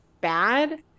bad